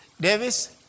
Davis